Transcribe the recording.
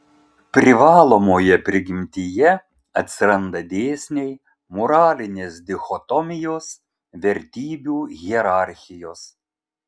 privalomoje prigimtyje atsiranda dėsniai moralinės dichotomijos vertybių hierarchijos